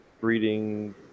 breeding